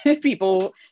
people